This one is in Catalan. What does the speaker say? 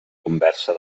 conversa